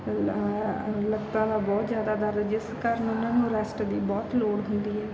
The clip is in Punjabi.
ਲ ਲੱਤਾਂ ਦਾ ਬਹੁਤ ਜ਼ਿਆਦਾ ਦਰਦ ਜਿਸ ਕਰਨ ਉਹਨਾਂ ਨੂੰ ਰੈਸਟ ਦੀ ਬਹੁਤ ਲੋੜ ਹੁੰਦੀ ਹੈ